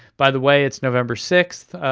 by the way, it's november sixth.